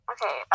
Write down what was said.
Okay